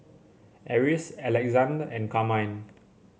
Eris Alexande and Carmine